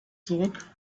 zurück